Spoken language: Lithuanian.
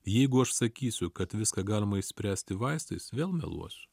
jeigu aš sakysiu kad viską galima išspręsti vaistais vėl meluosiu